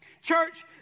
Church